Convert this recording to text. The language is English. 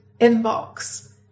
inbox